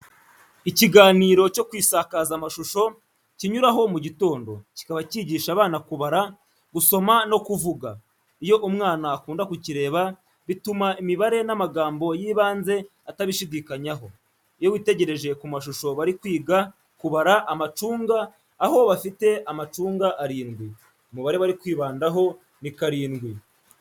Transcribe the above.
Ikiganiro cyo ku isakazamashusho kinyuraho mugitondo, kikaba cyigisha abana kubara, gusoma no kuvuga, iyo umwana akunda kukireba bituma imibare n'amagambo y'ibanze atabishidikanyaho. Iyo witegereje ku mashusho bari kwiga kubara amacunga aho bafite amacunga arindwi, umubare bari kwibandaho ni karindwi.